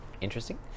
interesting